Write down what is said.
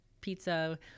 pizza